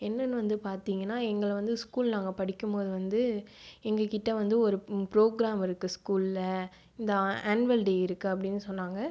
என்னன்னு வந்து பார்த்திங்கன்னா எங்களை வந்து ஸ்கூல் நாங்கள் படிக்கும்போது வந்து எங்கள் கிட்ட வந்து ஒரு ப்ரோக்ராம் இருக்குது ஸ்கூலில் த ஆன்வல் டே இருக்குது அப்படின்னு சொன்னாங்க